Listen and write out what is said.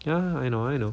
ya I know I know